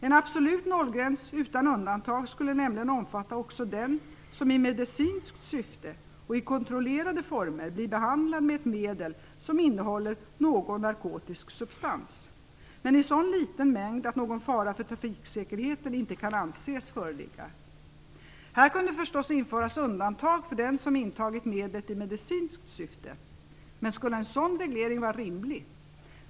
En absolut nollgräns utan undantag skulle nämligen omfatta också den som i medicinskt syfte och i kontrollerade former blir behandlad med ett medel som innehåller någon narkotisk substans, men i sådan liten mängd att någon fara för trafiksäkerheten inte kan anses föreligga. Här kunde förstås införas undantag för den som intagit medlet i medicinskt syfte. Men skulle en sådan reglering vara rimlig?